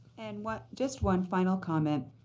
and what just one final comment.